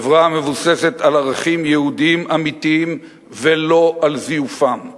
חברה המבוססת על ערכים יהודיים אמיתיים ולא על זיופם.